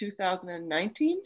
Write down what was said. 2019